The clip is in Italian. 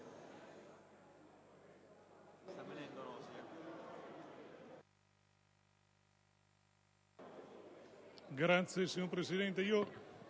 Grazie, signor Presidente.